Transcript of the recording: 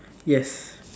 yes